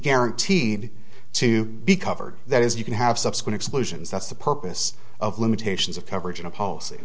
guaranteed to be covered that is you can have subsequent exclusions that's the purpose of limitations of coverage in a policy